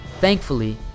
Thankfully